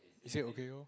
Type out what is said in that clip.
he say okay lor